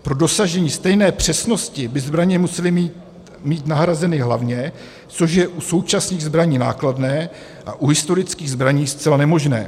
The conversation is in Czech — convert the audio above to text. Pro dosažení stejné přesnosti by zbraně musely mít nahrazeny hlavně, což je u současných zbraní nákladné a u historických zbraní zcela nemožné.